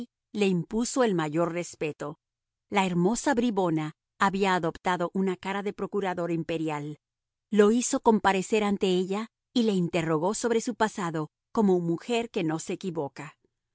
le impuso el mayor respeto la hermosa bribona había adoptado una cara de procurador imperial lo hizo comparecer ante ella y lo interrogó sobre su pasado como mujer que no se equivoca